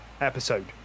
episode